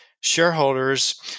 shareholders